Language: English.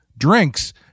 drinks